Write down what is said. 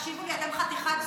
תקשיבו לי, אתם חתיכת צבועים,